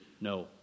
No